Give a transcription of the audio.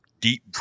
deep